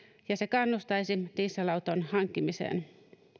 ja se kannustaisi dieselauton hankkimiseen